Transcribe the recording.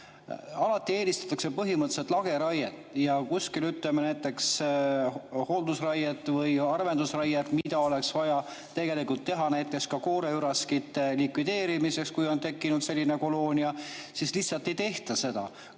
Alati eelistatakse põhimõtteliselt lageraiet ja kuskil näiteks hooldusraiet või harvendusraiet, mida oleks vaja tegelikult teha näiteks ka kooreüraskite likvideerimiseks, kui on tekkinud selline koloonia, lihtsalt ei tehta, kuna